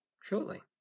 shortly